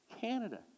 Canada